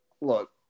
look